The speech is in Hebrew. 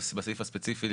בסעיף הספציפי,